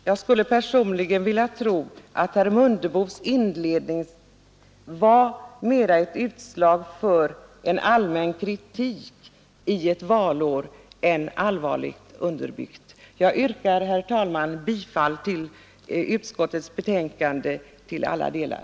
Jag skulle personligen vilja tro att herr Mundebos inledning var mera ett utslag av en allmän kritik under ett valår än allvarligt menad och underbyggd. Jag yrkar, herr talman, bifall till utskottets hemställan i alla delar.